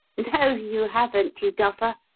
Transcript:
no, you haven't, you duffer!